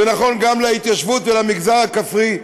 זה נכון גם להתיישבות ולמגזר הכפרי.